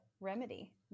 remedy